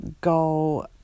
go